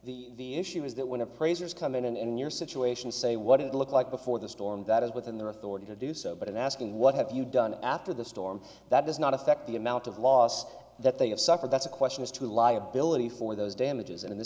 the the issue is that when appraisers come in and in your situation say what it looked like before the storm that is within their authority to do so but in asking what have you done after the storm that does not affect the amount of loss that they have suffered that's a question as to the liability for those damages